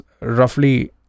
roughly